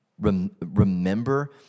remember